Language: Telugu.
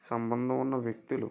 సంబంధం ఉన్న వ్యక్తులు